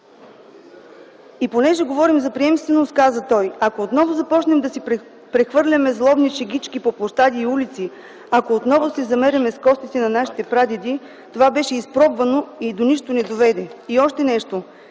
”И понеже говорим за приемственост – каза той – ако отново започнем да си прехвърляме злобни шегички по площади и улици, ако отново се замеряме с костите на нашите прадеди, това беше изпробвано и до нищо не доведе.” И още нещо: